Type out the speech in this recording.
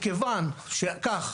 מכיוון שכך,